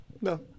No